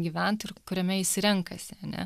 gyvent ir kuriame jis renkasi ne